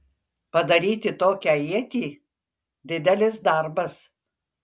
padaryti tokią ietį didelis darbas